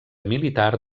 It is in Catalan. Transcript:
militar